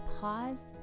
pause